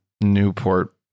Newport